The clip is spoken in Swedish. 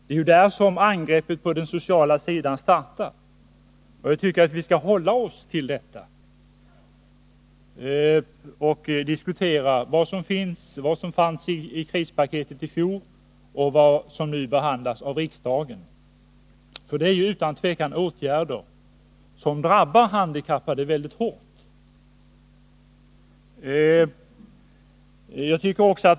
Det var då som angreppen på den sociala sektorn startade. Jag tycker att vi skall hålla oss till detta och diskutera vad som fanns i krispaketet i fjol och vad som nu behandlas av riksdagen. Det är utan tvivel åtgärder som drabbar de handikappade väldigt hårt.